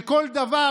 שכל דבר,